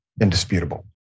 indisputable